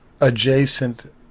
adjacent